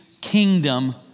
kingdom